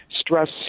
stress